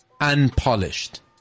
unpolished